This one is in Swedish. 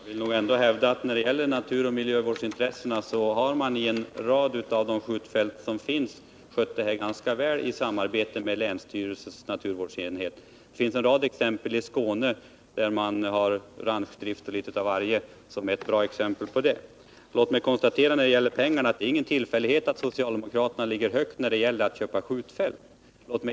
Herr talman! Jag vill nog ändå hävda att när det gäller naturoch miljövårdsintressena har man på en rad av de skjutfält som finns skött dem ganska väl i samarbete med länsstyrelsens naturvårdsenhet. På flera platser i Skåne har man ranchdrift och litet av varje, vilket är ett bra exempel på detta. Låt mig beträffande pengarna konstatera att det inte är någon tillfällighet att socialdemokraterna ligger högt när det gäller att köpa skjutfält.